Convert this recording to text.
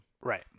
right